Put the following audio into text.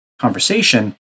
conversation